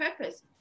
purpose